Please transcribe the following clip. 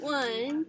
one